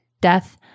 death